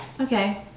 Okay